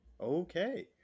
okay